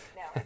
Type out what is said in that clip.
no